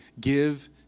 give